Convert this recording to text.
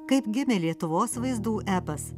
kaip gimė lietuvos vaizdų epas